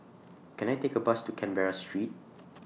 Can I Take A Bus to Canberra Street